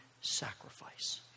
sacrifice